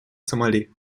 сомали